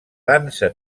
dansa